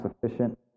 sufficient